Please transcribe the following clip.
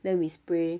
then we spray